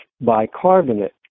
bicarbonate